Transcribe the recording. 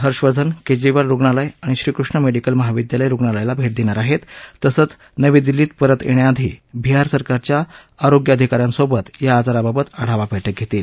हर्षवर्धन केजरीवाल रुग्णालय आणि श्रीकृष्ण मेडिकल महाविद्यालय रुग्णालयाला भेट देणार आहेत तसंच नवी दिल्लीत परत येण्याआधी बिहार सरकारच्या आरोग्य अधिकाऱ्यांसोबत या आजाराबाबत आढावा बैठक घेतील